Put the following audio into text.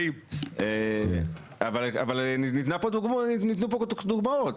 ניתנו כאן דוגמאות.